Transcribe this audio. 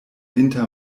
inter